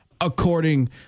according